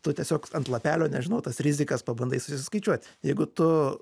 tu tiesiog ant lapelio nežinau tas rizikas pabandai susiskaičiuoti jeigu tu